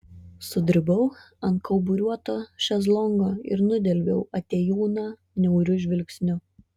sudribau ant kauburiuoto šezlongo ir nudelbiau atėjūną niauriu žvilgsniu